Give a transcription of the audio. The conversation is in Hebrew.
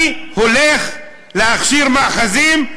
אני הולך להכשיר מאחזים,